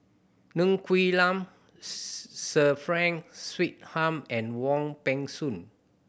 Ng Quee Lam Sir Frank Swettenham and Wong Peng Soon